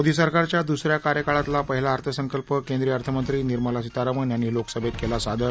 मोदी सरकारच्या दुस या कार्यकाळातला पहिला अर्थसंकल्प केंद्रीय अर्थमंत्री निर्माला सीतारामन यांनी लोकसभतीक्ली सादर